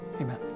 Amen